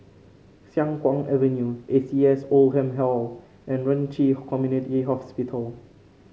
Siang Kuang Avenue A C S Oldham Hall and Ren Ci Community Hospital